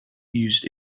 used